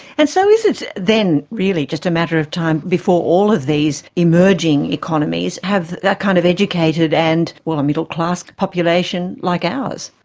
and so is it then really just a matter of time before all of these emerging economies have that kind of educated and, well, a middle-class population like ours?